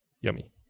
Yummy